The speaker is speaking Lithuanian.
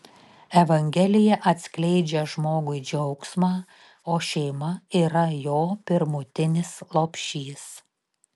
evangelija atskleidžia žmogui džiaugsmą o šeima yra jo pirmutinis lopšys